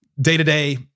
day-to-day